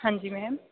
ਹਾਂਜੀ ਮੈਮ